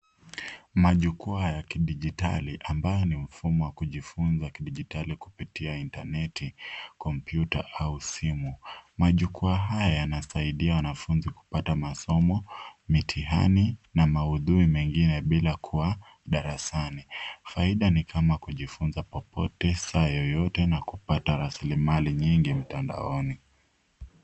Majukwaa ya kidijitali, ambayo ni mfumo wa kujifunza kidijitali kupitia intaneti, kompyuta, au simu. Majukwaa haya yanasaidia wanafunzi kupata masomo, mitihani, na maudhui mengine bila kuwa darasani. Faidi ni kama kujifunza popote, saa yoyote, na kupata rasilimali nyingi mtandaoni.